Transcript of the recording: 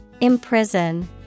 imprison